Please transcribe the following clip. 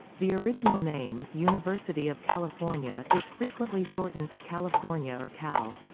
the original name, university of california, is frequently shortened to california or cal.